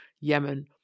Yemen